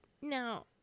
Now